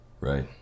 Right